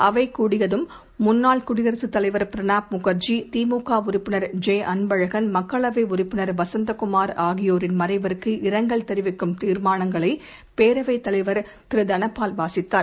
அவை கூடியதும் முன்னாள் குடியரசுத் தலைவர் பிரணாப் முகர்ஜி திமுக உறுப்பினர் ஜெ அன்பழகன் மக்களவை உறுப்பினர் வசந்தகுமார் ஆகியோரின் மறைவுக்கு இரங்கல் தெரிவிக்கும் தீர்மானங்களை பேரவைத் தலைவர் திரு தனபால் வாசித்தார்